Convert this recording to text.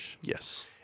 Yes